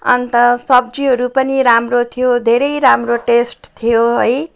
अन्त सब्जीहरू पनि राम्रो थियो धेरै राम्रो टेस्ट थियो है